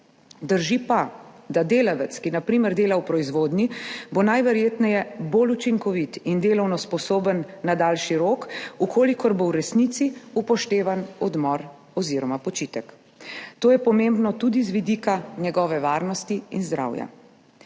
Drži pa, da bo delavec, ki na primer dela v proizvodnji, najverjetneje bolj učinkovit in delovno sposoben na daljši rok, v kolikor bo v resnici upoštevan odmor oziroma počitek. To je pomembno tudi z vidika njegove varnosti in zdravja.